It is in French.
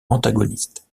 antagonistes